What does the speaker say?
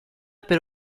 per